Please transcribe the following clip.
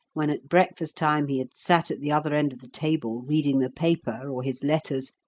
when at breakfast-time he had sat at the other end of the table reading the paper or his letters,